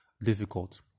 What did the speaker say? difficult